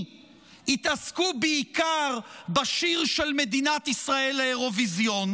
יעסקו בעיקר בשיר של מדינת ישראל לאירוויזיון,